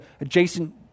adjacent